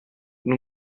nur